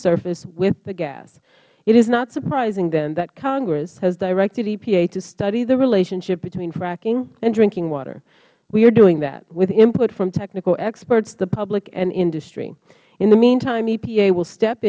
surface with the gas it is not surprising then that congress has directed epa to study the relationship between fracking and drinking water we are doing that with input from technical experts the public and industry in the meantime epa will step